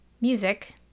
music